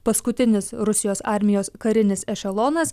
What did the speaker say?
paskutinis rusijos armijos karinis ešelonas